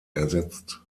ersetzt